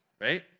right